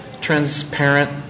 transparent